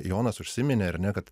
jonas užsiminė ar ne kad